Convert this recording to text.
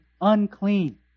unclean